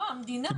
לא, המדינה.